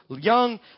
young